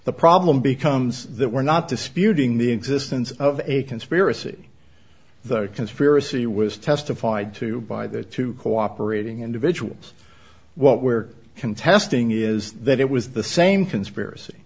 e problem becomes that we're not disputing the existence of a conspiracy the conspiracy was testified to by the two cooperating individuals what we're contesting is that it was the same conspiracy